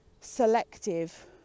selective